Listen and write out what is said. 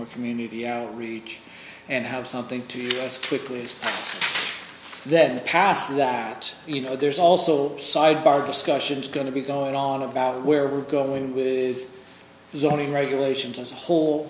more community outreach and have something to you as quickly as that in the past that you know there's also sidebar discussions going to be going on about where we're going with zoning regulations as a whole